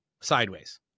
sideways